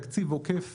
תקציב עוקף,